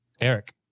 Eric